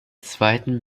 zweiten